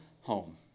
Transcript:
home